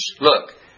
Look